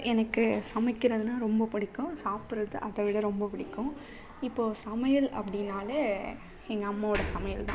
எனக்கு சமைக்கிறதுன்னால் ரொம்ப பிடிக்கும் சாப்பிட்றது அதை விட ரொம்ப பிடிக்கும் இப்போ சமையல் அப்படின்னாலே எங்கள் அம்மாவோடய சமையல்தான்